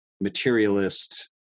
materialist